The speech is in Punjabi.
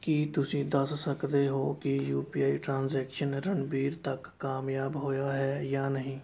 ਕੀ ਤੁਸੀਂਂ ਦੱਸ ਸਕਦੇ ਹੋ ਕਿ U P I transaction Ranbir ਤੱਕ ਕਾਮਯਾਬ ਹੋਇਆ ਹੈ ਜਾਂ ਨਹੀਂ